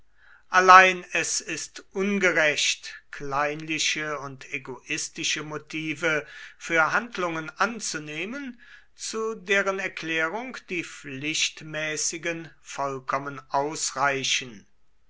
allein es ist ungerecht kleinliche und egoistische motive für handlungen anzunehmen zu deren erklärung die pflichtmäßigen vollkommen ausreichen